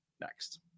next